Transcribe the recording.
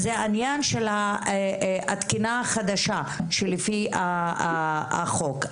העניין של התקינה החדשה שלפי החוק.